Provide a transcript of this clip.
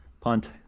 punt